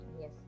yes